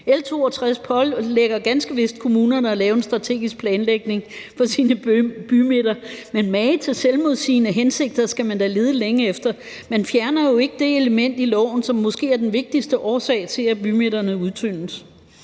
L 62 pålægger ganske vist kommunerne at lave en strategisk planlægning for sine bymidter, men mage til selvmodsigende hensigter skal man da lede længe efter. Man fjerner jo ikke det element i loven, som måske er den vigtigste årsag til, at bymidterne udtyndes.